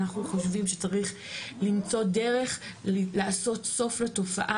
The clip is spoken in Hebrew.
אנחנו חושבים שצריך למצוא דרך לעשות סוף לתופעה,